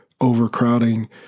overcrowding